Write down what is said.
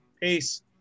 Peace